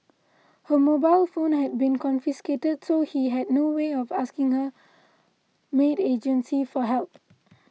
her mobile phone had been confiscated so she had no way of asking her maid agency for help